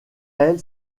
elle